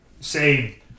say